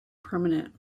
permanent